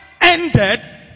ended